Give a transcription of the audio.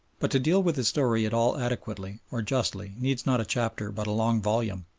but to deal with his story at all adequately or justly needs not a chapter but a long volume.